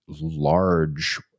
large